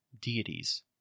deities